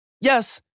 Yes